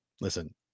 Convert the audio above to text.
listen